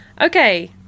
Okay